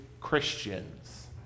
Christians